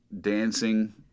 dancing